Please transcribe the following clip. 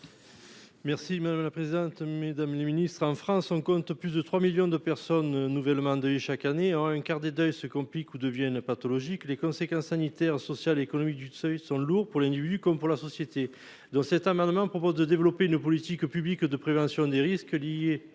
Merci madame la présidente, mesdames les ministres, en France, on compte plus de 3 millions de personnes nouvellement de chaque année, un quart des deuils se complique ou deviennent pathologiques des conséquences sanitaires, sociales, économiques du seuil sont lourd pour les nuits comme pour la société dans cet amendement propose de développer une politique publique de prévention des risques liés